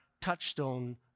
touchstone